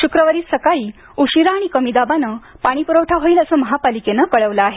शुक्रवारी सकाळी उशीरा आणि कमी दाबाने पाणीपुरवठा होईल असं महापालिकेनं कळवलं आहे